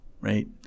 right